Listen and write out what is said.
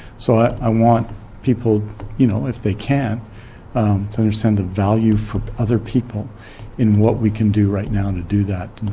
so i i want people you know if they can to understand the value for other people in what we can do right now to do that.